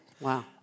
Wow